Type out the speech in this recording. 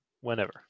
whenever